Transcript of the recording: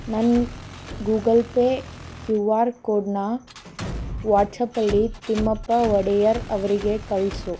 ನನ್ನ Google Pay Q R ಕೋಡ್ನ ವಾಟ್ಸ್ಆ್ಯಪಲ್ಲಿ ತಿಮ್ಮಪ್ಪ ಒಡೆಯರ್ ಅವರಿಗೆ ಕಳಿಸು